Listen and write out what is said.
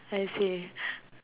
I see